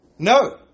No